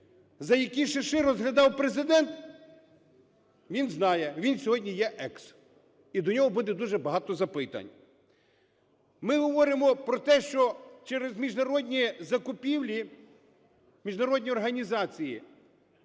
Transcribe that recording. За які "шиши" розглядав Президент, він знає. Він сьогодні є екс-, і до нього буде дуже багато запитань. Ми говоримо про те, що через міжнародні закупівлі, міжнародні організації,